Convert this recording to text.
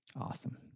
Awesome